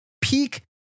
peak